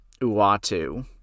Uatu